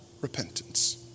repentance